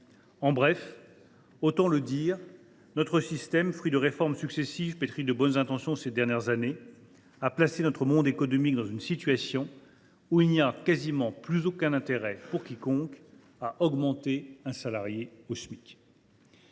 En bref, autant le dire, notre système, fruit de réformes successives pétries de bonnes intentions, a placé notre monde économique dans une situation où il n’y a quasiment plus aucun intérêt pour quiconque à augmenter un salarié au Smic.